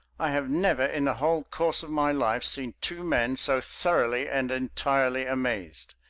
i have never in the whole course of my life seen two men so thoroughly and entirely amazed.